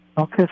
Okay